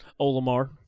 Olimar